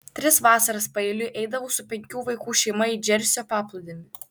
tris vasaras paeiliui eidavau su penkių vaikų šeima į džersio paplūdimį